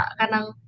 kanang